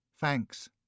Thanks